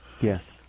Yes